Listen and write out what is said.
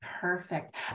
perfect